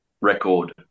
record